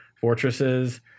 fortresses